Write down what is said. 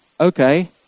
okay